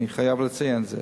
אני חייב לציין את זה.